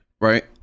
Right